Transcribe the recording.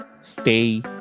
Stay